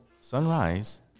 sunrise